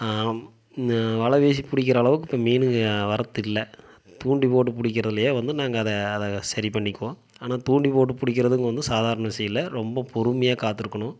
இந்த வலை வீசி பிடிக்கிறளவுக்கு மீனுங்க வரத்தில்லை தூண்டில் போட்டு பிடிக்கிறதுலே வந்து நாங்கள் அதை அதை சரி பண்ணிக்குவோம் ஆனால் தூண்டில் போட்டு பிடிக்கிறதும் வந்து சாதாரண விஷியல்ல ரொம்ப பொறுமையா காத்திருக்கணும்